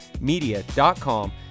media.com